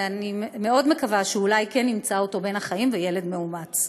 ואני מאוד מקווה שאולי כן נמצא אותו בין החיים כילד מאומץ.